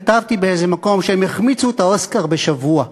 כתבתי באיזה מקום שהם החמיצו את האוסקר בשבוע.